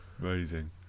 Amazing